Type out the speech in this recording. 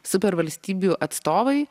supervalstybių atstovai